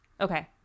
Okay